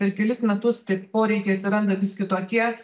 per kelis metus taip poreikiai atsiranda vis kitokie